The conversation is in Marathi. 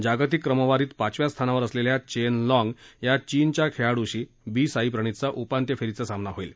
जागतिक क्रमवारीत पाचव्या स्थानावर असलेल्या चेन लॉग या चीनच्या खेळाडूशी बी साई प्रणीतचा उपांत्य फेरीत सामना होईल